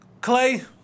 Clay